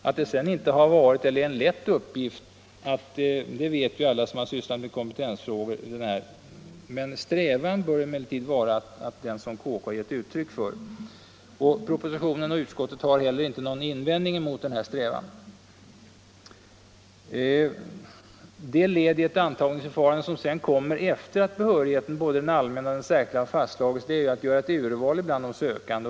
Att det sedan inte är en lätt uppgift vet alla vi som har sysslat med kompetensfrågor, men strävan bör ändå vara den som kompetenskommittén har gett uttryck för. Propositionen och utskottsbetänkandet innehåller heller inte någon invändning mot denna strävan. Det led i ett antagningsförfarande som sedan kommer, efter det att både den allmänna och den särskilda behörigheten har fastslagits, är att göra ett urval bland de sökande.